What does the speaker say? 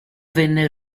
venne